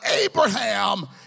Abraham